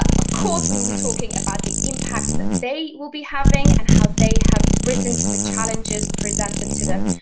of course we will be talking about the impact that they will be having, and how they have risen to the challenges presented to them.